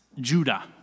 Judah